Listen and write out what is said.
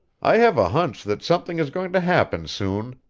i have a hunch that something is going to happen soon,